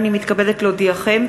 הנני מתכבדת להודיעכם,